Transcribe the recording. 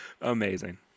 Amazing